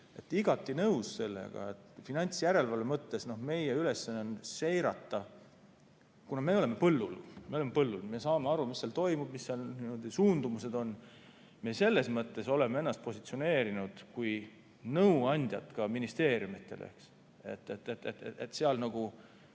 Igati nõus sellega, et finantsjärelevalve mõttes meie ülesanne on seirata. Kuna me oleme põllul, me saame aru, mis seal toimub, mis on suundumused, siis me selles mõttes oleme ennast positsioneerinud kui nõuandjat ministeeriumidele, et seal hoida